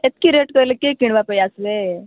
ଏତିକି ରେଟ୍ କହିଲେ କିଏ କିଣିବା ପାଇଁ ଆସିବେ